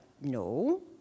No